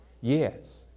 Yes